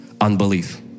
unbelief